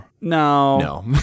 No